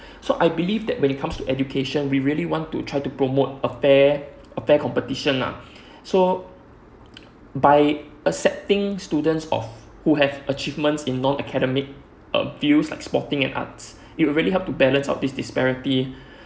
so I believe that when it comes to education we really want to try to promote a fair a fair competition lah so by accepting students of who have achievements in non academic uh fields like sporting and arts it would really help to balance of this disparity